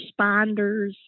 responders